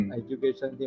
education